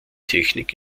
technik